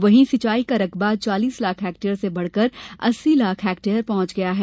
वहीं सिंचाई का रकवा चालीस लाख हेक्टेयर से बढ़कर अस्सी लाख हेक्टेयर पहुंच गया है